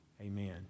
Amen